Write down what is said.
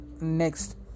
Next